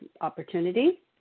opportunity